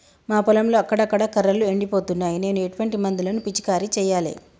మా పొలంలో అక్కడక్కడ కర్రలు ఎండిపోతున్నాయి నేను ఎటువంటి మందులను పిచికారీ చెయ్యాలే?